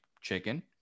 chicken